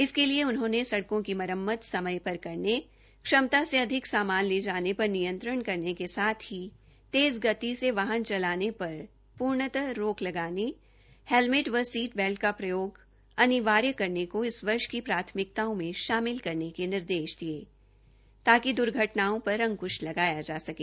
इसके लिए उन्होंने सड़कों की मरम्मत समय पर करने क्षमता से अधिक सामान ले जाने पर नियंत्रण करने के साथ ही तेज गति से वाहन चलाने पर पूर्णतः रोक लगाने हैलमेट व सीट बैल्ट का प्रयोग अनिवार्य करने को इस वर्ष की प्राथमिकताओं में शामिल करने के निर्देष दिये ताकि दुर्घटनाओं पर अंकृष लगाया जा सके